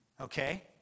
okay